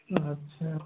अच्छा